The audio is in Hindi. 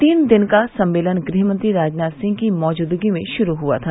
तीन दिन का सम्मेलन गृहमंत्री राजनाथ सिंह की मौजूदगी में शुरू हुआ था